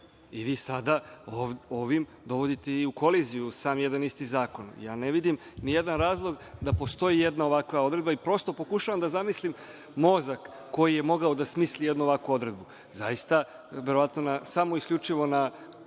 I vi sada ovim dovodite i u koliziju sam jedan isti zakon. Ja ne vidim ni jedan razlog da postoji jedna ovakva odredba i prosto pokušavam da zamislim mozak koji je mogao da smisli jednu ovakvu odredbu. Zaista, verovatno samo na, isključivo, na